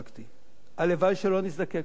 הלוואי שלא נזדקק לו.